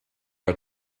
are